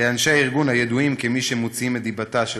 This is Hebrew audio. לאנשי הארגון, הידועים כמי שמוציאים את דיבתה של